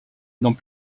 dans